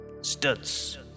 studs